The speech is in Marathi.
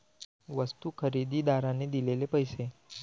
वस्तू खरेदीदाराने दिलेले पैसे